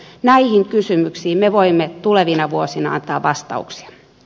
näihin kysymyksiin me voimme tulevina vuosina antaa vastauksia